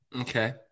Okay